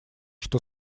что